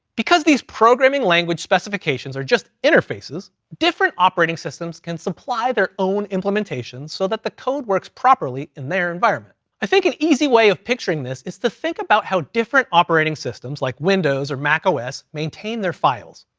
because these programming language specifications are just interfaces, different operating systems can supply their own implementations so that the code works properly in their environment. i think an easy way of picturing this is to think about how different operating systems like windows, or mac os maintain their files.